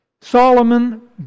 Solomon